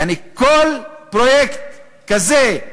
יעני, כל פרויקט כזה,